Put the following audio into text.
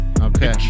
Okay